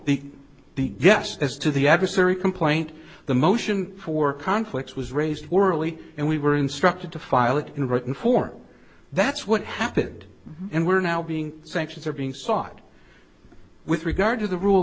the guess as to the adversary complaint the motion for conflicts was raised worley and we were instructed to file it in written form that's what happened and we're now being sanctions are being sought with regard to the rule